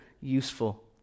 useful